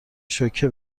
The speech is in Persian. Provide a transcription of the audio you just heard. شوکه